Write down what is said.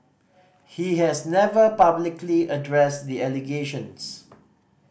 he has never publicly addressed the allegations